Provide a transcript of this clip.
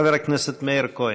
חבר הכנסת מאיר כהן.